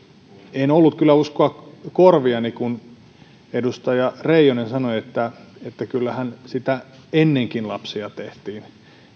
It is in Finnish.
en en ollut kyllä uskoa korviani kun edustaja reijonen sanoi että että kyllähän sitä ennenkin lapsia tehtiin